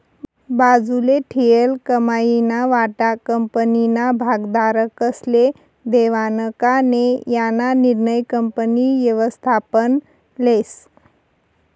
बाजूले ठीयेल कमाईना वाटा कंपनीना भागधारकस्ले देवानं का नै याना निर्णय कंपनी व्ययस्थापन लेस